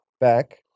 back